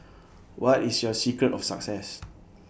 what is your secret of success